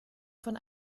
von